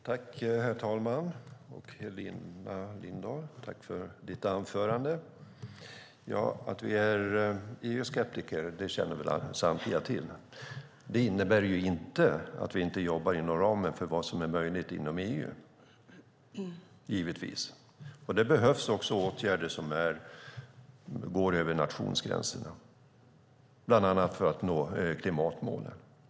Herr talman! Tack för ditt anförande, Helena Lindahl! Samtliga känner väl till att vi är EU-skeptiker. Det innebär givetvis inte att vi inte jobbar inom ramen för vad som är möjligt inom EU. Det behövs också åtgärder som går över nationsgränserna, bland annat för att nå klimatmålen.